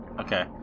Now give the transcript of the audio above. Okay